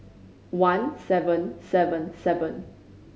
one seven seven seven